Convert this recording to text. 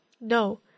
No